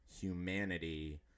humanity